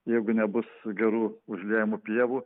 jeigu nebus gerų užliejamų pievų